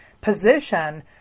position